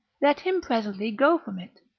let him presently go from it.